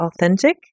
authentic